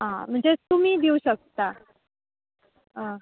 आ म्हणजे तुमी दिवं शकता आ